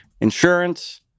Insurance